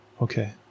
Okay